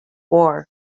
war